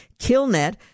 KillNet